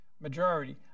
majority